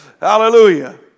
Hallelujah